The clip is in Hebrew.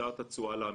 להשאת התשואה לעמיתים.